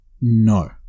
No